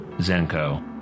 Zenko